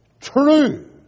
true